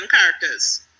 characters